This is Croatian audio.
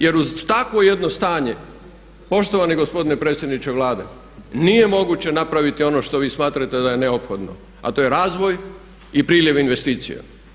Jer uz takvo jedno stanje poštovani gospodine predsjedniče Vlade nije moguće napraviti ono što vi smatrate da je neophodno, a to je razvoj i priljev investicija.